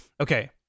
okay